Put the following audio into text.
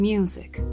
Music